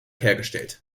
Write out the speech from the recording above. hergestellt